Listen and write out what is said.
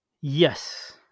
Yes